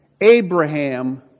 Abraham